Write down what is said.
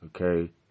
okay